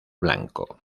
blanco